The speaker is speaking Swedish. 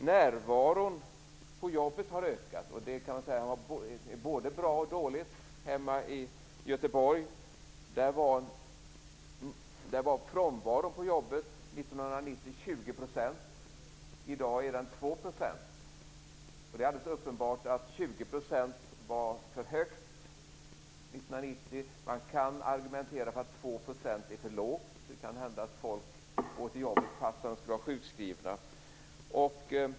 Närvaron på jobbet har ökat, och det kan sägas vara både bra och dåligt. Hemma i Göteborg uppgick frånvaron på jobbet 1990 till 20 %. I dag är den 2 %. Det är alldeles uppenbart att 20 % år 1990 var för högt. Man kan argumentera för att 2 % är för lågt - det kan hända att människor går till jobbet fastän de borde vara sjukskrivna.